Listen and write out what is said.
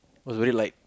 was very light